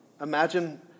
Imagine